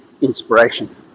inspiration